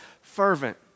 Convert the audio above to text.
fervent